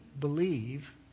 believe